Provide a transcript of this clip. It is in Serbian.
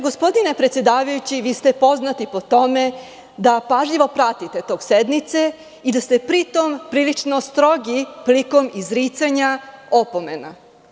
Gospodine predsedavajući, vi ste poznati po tome da pažljivo pratite tok sednice i da ste pri tom prilično strogi prilikom izricanja opomena.